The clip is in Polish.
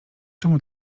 czemu